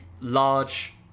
large